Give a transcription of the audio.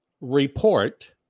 report